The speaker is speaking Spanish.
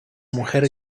mujer